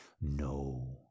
No